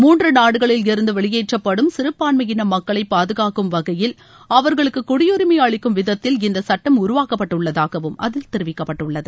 முன்று நாடுகளிலிருந்து வெளியேற்றப்படும் சிறபான்மையின மக்களை பாதுகாக்கும் வகையில் அவர்களுக்கு குடியுரிமை அளிக்கும் விதத்தில் இந்தச் சுட்டம் உருவாக்கப்பட்டுள்ளதாகவும் அதில் தெரிவிக்கப்பட்டுள்ளது